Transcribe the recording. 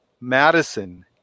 Madison